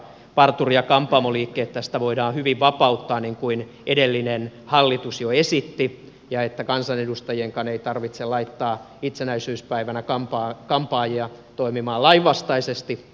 parturi ja kampaamoliikkeet tästä voidaan hyvin vapauttaa niin kuin edellinen hallitus jo esitti ja kansanedustajienkaan ei tarvitse laittaa itsenäisyyspäivänä kampaajia toimimaan lainvastaisesti